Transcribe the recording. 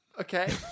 Okay